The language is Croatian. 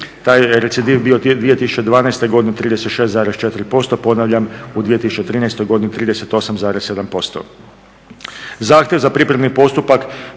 Taj recidiv je 2012. godini bio 36,4%, ponavljam u 2013. godini 38,7%.